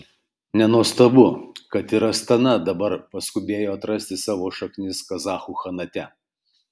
nenuostabu kad ir astana dabar paskubėjo atrasti savo šaknis kazachų chanate